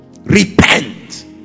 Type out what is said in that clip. repent